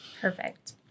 Perfect